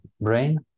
brain